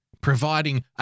providing